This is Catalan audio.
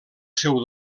seu